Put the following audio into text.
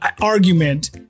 argument